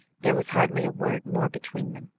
there was hardly a word more between them.